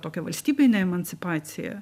tokią valstybinę emancipaciją